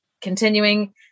continuing